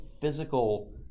physical